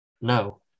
no